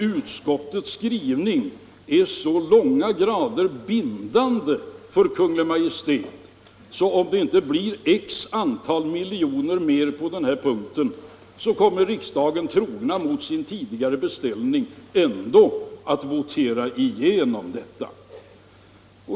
Utskottets skrivning är så bindande för Kungl. Maj:t att om det inte blir x antal miljoner mer på denna punkt kommer riksdagen, trogen mot sin tidigare beställning, ändå att votera igenom detta.